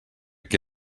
qui